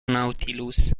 nautilus